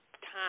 time